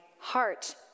heart